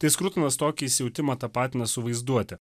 tai skrutonas tokį įsijautimą tapatina su vaizduote